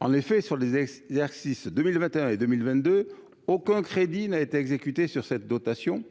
en effet sur les exercices 2021 et 2022, aucun crédit n'a été exécuté sur cette dotation